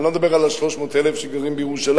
אני לא מדבר על ה-300,000 שגרים בירושלים,